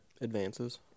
Advances